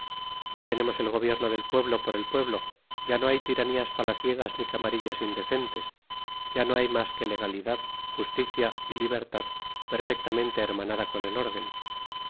ya tenemos el gobierno del pueblo por el pueblo ya no hay tiranías palaciegas ni camarillas indecentes ya no hay más que legalidad justicia y libertad perfectamente hermanada con el orden